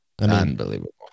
Unbelievable